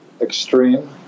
extreme